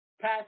pass